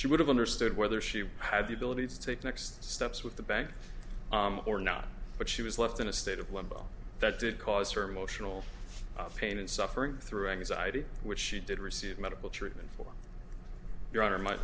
she would have understood whether she had the ability to take next steps with the bank or not but she was left in a state of limbo that did cause her motional pain and suffering through anxiety which she did receive medical treatment for your honor my